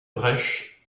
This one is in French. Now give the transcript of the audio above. brèche